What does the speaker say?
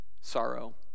sorrow